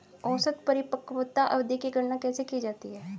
औसत परिपक्वता अवधि की गणना कैसे की जाती है?